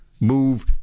move